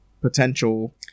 potential